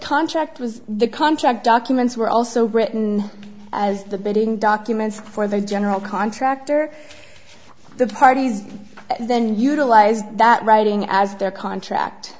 contract was the contract documents were also written as the bidding documents for the general contractor the parties then utilized that writing as their contract